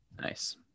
Nice